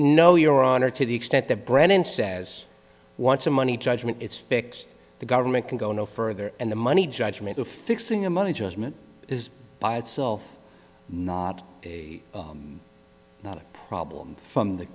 no your honor to the extent that brennan says once the money judgment is fixed the government can go no further and the money judgment of fixing a money judgment is by itself not a not a problem from the